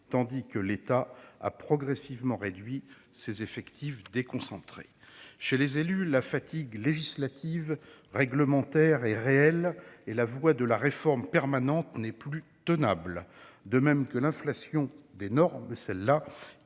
tandis que l'État a progressivement réduit ses effectifs déconcentrés. Chez les élus, la fatigue législative et réglementaire est réelle. La voie de la réforme permanente et de l'inflation des normes, qui leur